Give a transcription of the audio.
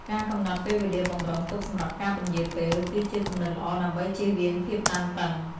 ការកំណត់ពេលវេលាបម្រុងទុកសម្រាប់ការពន្យារពេល គឺជាគំនិតល្អដើម្បីចៀសវាងភាពតានតឹង។